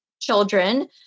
children